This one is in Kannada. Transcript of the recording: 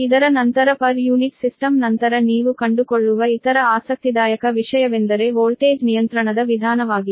ಇದರ ನಂತರ ಪರ್ ಯೂನಿಟ್ ಸಿಸ್ಟಮ್ ನಂತರ ನೀವು ಕಂಡುಕೊಳ್ಳುವ ಇತರ ಆಸಕ್ತಿದಾಯಕ ವಿಷಯವೆಂದರೆ ವೋಲ್ಟೇಜ್ ನಿಯಂತ್ರಣದ ವಿಧಾನವಾಗಿದೆ